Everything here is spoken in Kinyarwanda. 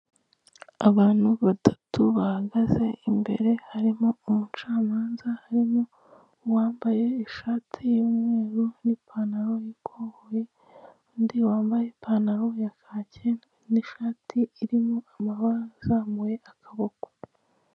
Abantu batatu bahagaze imbere harimo umucamanza, harimo uwambaye ishati y'umweru n'ipantaro y'ikoboyi, undi wambaye ipantaro ya kaki n'ishati irimo amabara izamuye akaboko.